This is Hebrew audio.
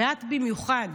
ואת במיוחד,